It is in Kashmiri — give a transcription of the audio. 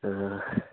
آ